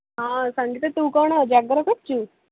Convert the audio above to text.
ହଁ ସଙ୍ଗୀତା ତୁ କ'ଣ ଜାଗର କରିଛୁ